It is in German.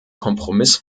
kompromiss